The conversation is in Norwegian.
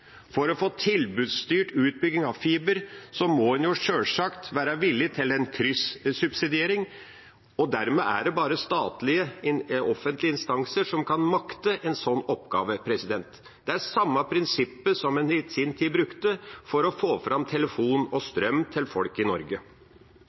For å få tilbudsstyrt utbygging av fiber må en sjølsagt være villig til en kryssubsidiering, og dermed er det bare statlige offentlige instanser som kan makte en sånn oppgave. Det er det samme prinsippet som en i sin tid brukte for å få fram telefon og